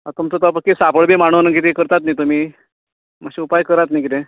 आता तुमचो तें सापळ बी मांडून किदें करतात न्ही तुमी मातशें उपाय करात न्ही किदें